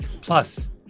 Plus